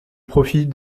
profit